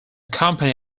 company